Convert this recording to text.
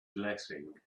blessing